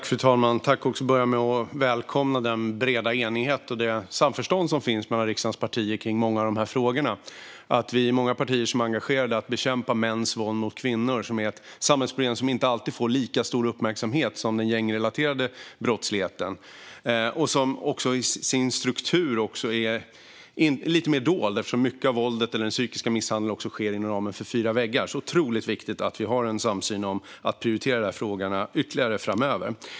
Fru talman! Jag börjar med att välkomna den breda enighet och det samförstånd som finns mellan riksdagens partier kring många av de här frågorna. Vi är många partier som är engagerade i att bekämpa mäns våld mot kvinnor, ett samhällsproblem som inte alltid får lika stor uppmärksamhet som den gängrelaterade brottsligheten och som till sin struktur också är lite mer dolt eftersom mycket av våldet och den psykiska misshandeln sker inom fyra väggar. Det är otroligt viktigt att vi har en samsyn om att prioritera de här frågorna ytterligare framöver.